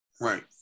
Right